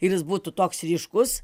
ir jis būtų toks ryškus